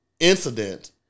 incident